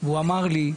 והוא אמר לי: